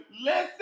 Listen